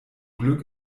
glück